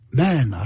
man